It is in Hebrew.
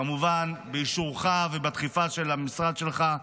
כמובן באישורך ובדחיפה של המשרד שלך,